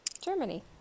Germany